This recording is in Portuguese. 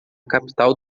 capital